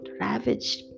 ravaged